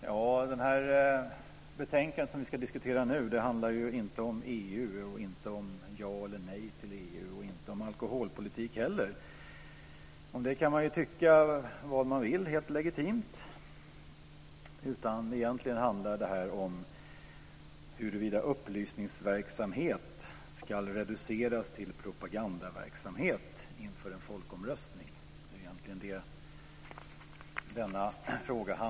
Herr talman! Det betänkande som vi ska diskutera nu handlar inte om EU, inte om ja eller nej till EU och inte heller om alkoholpolitik. Om det kan man ju tycka vad man vill helt legitimt. Egentligen handlar denna fråga om huruvida upplysningsverksamhet ska reduceras till propagandaverksamhet inför en folkomröstning.